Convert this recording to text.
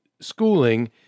schooling